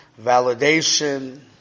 validation